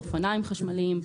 אופניים חשמליים,